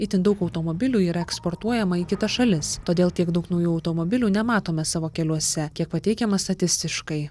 itin daug automobilių yra eksportuojama į kitas šalis todėl tiek daug naujų automobilių nematome savo keliuose kiek pateikiama statistiškai